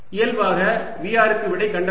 இயல்பாக Vr க்கு விடை கண்டவுடன்